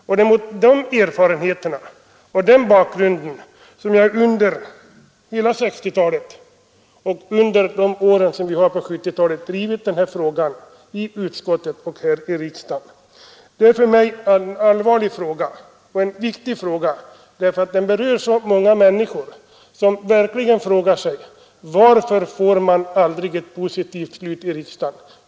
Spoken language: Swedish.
Det är också mot den bakgrunden och med utgångspunkt från mina erfarenheter, som jag under hela 1960-talet och de år som gått av 1970-talet, drivit den här frågan i utskottet och här i riksdagen. Det är en för mig allvarlig och viktig fråga därför att den berör många människor, som verkligen frågar: Varför fattas det aldrig ett positivt beslut i riksdagen?